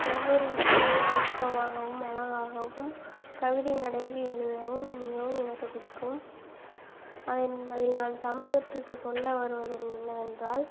ஒவ்வொரு விஷயங்களையும் நுணுக்கமாகவும் அழகாகவும் கவிதை நடையில் எழுதவும் மிகவும் எனக்கு பிடிக்கும் அதை அதில் நான் சமூகத்துக்கு சொல்ல வருவது என்னவென்றால்